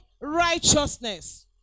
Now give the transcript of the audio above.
righteousness